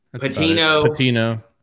Patino